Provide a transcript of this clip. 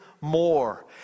more